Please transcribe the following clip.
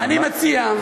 אני מציע,